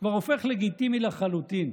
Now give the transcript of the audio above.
כבר הופך לגיטימי לחלוטין.